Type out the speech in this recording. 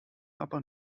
aber